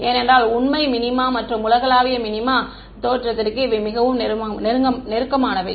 ஏனென்றால் உண்மை மினிமா மற்றும் உலகளாவிய மினிமா தோற்றத்திற்கு இவை மிகவும் நெருக்கமானவை